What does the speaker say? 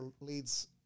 leads